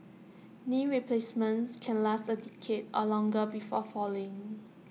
knee replacements can last A decade or longer before failing